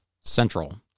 Central